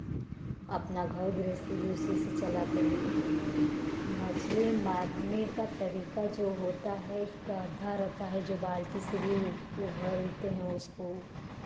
अपना घर गृहस्थी भी उसी से चलाते हैं मछली मारने का तरीका जो होता है गढा रहता है जो बाल्टी से भी ऊ उभरते हैं उसको